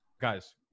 guys